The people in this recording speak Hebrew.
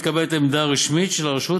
מתקבלת עמדה רשמית של הרשות,